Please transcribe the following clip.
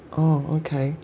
oh okay